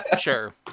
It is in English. Sure